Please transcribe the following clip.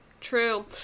True